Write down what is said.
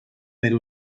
per